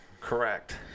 correct